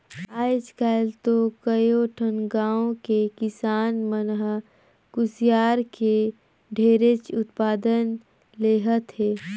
आयज काल तो कयो ठन गाँव के किसान मन ह कुसियार के ढेरेच उत्पादन लेहत हे